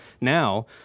Now